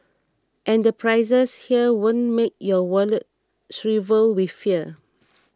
and the prices here won't make your wallet shrivel with fear